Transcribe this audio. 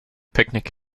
picnic